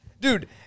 Dude